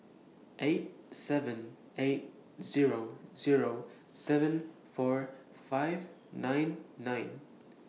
eight seven eight Zero Zero seven four five nine nine